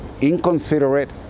inconsiderate